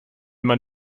man